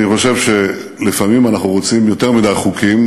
אני חושב שלפעמים אנחנו רוצים יותר מדי חוקים.